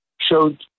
showed